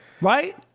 Right